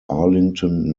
arlington